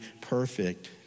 perfect